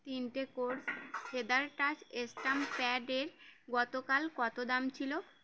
তিনটে course feather touch stump প্যাডের গতকাল কত দাম ছিল